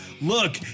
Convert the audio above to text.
Look